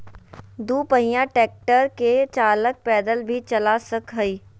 दू पहिया ट्रेक्टर के चालक पैदल भी चला सक हई